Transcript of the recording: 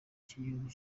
cy’igihugu